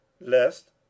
lest